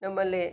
ನಮ್ಮಲ್ಲಿ